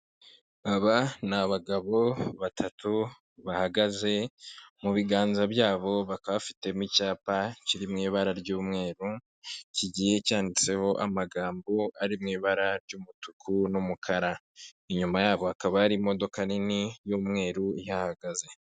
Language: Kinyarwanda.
Aba ni abagabo batatu bahagaze mu biganza byabo bakaba bafitemo icyapa kiri mu ibara ry'umweru, kigiye cyanditseho amagambo ari mu ibara ry'umutuku n'umukara, inyuma yabo hakaba hari imodoka nini y'umweru ihahagaze.